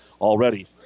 already